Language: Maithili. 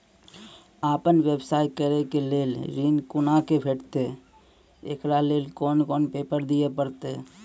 आपन व्यवसाय करै के लेल ऋण कुना के भेंटते एकरा लेल कौन कौन पेपर दिए परतै?